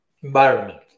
environment